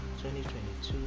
2022